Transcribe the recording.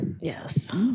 Yes